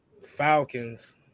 Falcons